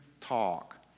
talk